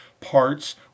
Parts